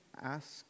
ask